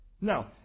Now